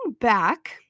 back